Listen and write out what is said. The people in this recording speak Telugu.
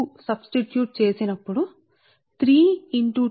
S3y2 3y1 అంటే మీరు ఈ సూత్రాన్ని చెబితే ఇది ఒకటి